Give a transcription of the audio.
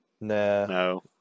No